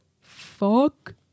fuck